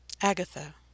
Agatha